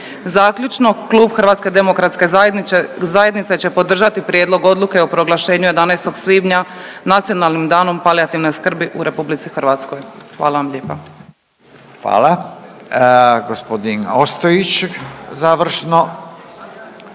Zaključno, Klub HDZ-a će podržati Prijedlog Odluke o proglašenju 11. svibnja „Nacionalnim danom palijativne skrbi u Republici Hrvatskoj“. Hvala vam lijepa. **Radin, Furio